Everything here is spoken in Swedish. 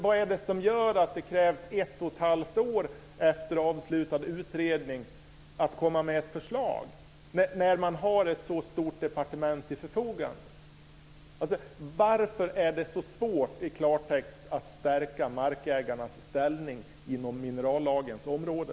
Vad är det som gör att det krävs ett och ett halvt år efter avslutad utredning att komma med ett förslag när man har ett så stort departement till förfogande? Varför är det så svårt i klartext att stärka markägarnas ställning inom minerallagens område?